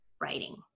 writing